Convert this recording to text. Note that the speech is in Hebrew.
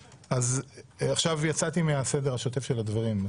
עכשיו יצאתי מהסדר השוטף של הדברים.